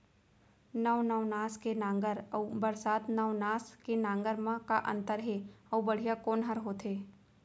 नौ नवनास के नांगर अऊ बरसात नवनास के नांगर मा का अन्तर हे अऊ बढ़िया कोन हर होथे?